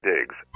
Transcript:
Digs